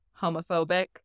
homophobic